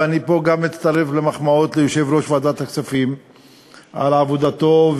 ופה גם אני מצטרף למחמאות ליושב-ראש ועדת הכספים על עבודתו,